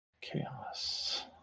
Chaos